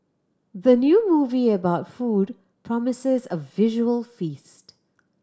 the new movie about food promises a visual feast